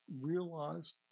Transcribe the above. realized